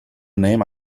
name